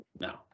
no